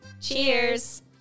Cheers